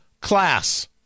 class